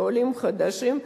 לעולים חדשים.